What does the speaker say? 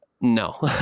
No